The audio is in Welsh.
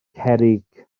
cerrig